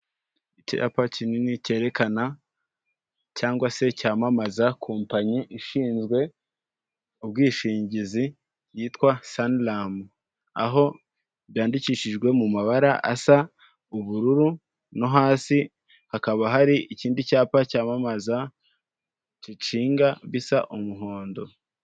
Icyapa kinini cyerekana cyangwa se cyamamaza kompanyi ishinzwe ubwishingizi yitwa Saniramu, aho byandikishijwe mu mabara asa ubururu no hasi hakaba hari ikindi cyapa cyamamaza Cicinga bisa umuhondo.